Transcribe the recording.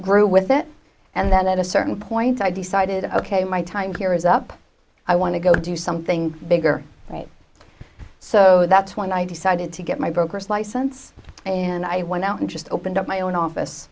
grew with it and then at a certain point i decided ok my time here is up i want to go do something bigger right so that's when i decided to get my broker's license and i went out and just opened up my own office